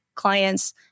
Clients